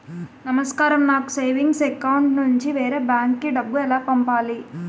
నమస్కారం నాకు savings account నుంచి వేరే బ్యాంక్ కి డబ్బు ఎలా పంపాలి?